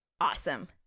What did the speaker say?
Awesome